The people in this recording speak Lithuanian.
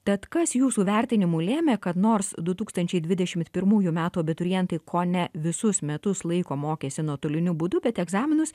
tad kas jūsų vertinimu lėmė kad nors du tūkstančiai dvidešimt pirmųjų metų abiturientai kone visus metus laiko mokėsi nuotoliniu būdu bet egzaminus